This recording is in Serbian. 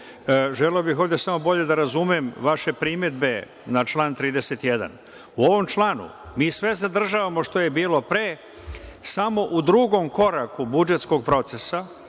želeo bih ovde samo bolje da razumem vaše primedbe na član 31. U ovom članu mi sve zadržavamo što je bilo pre, samo u drugom koraku budžetskog procesa,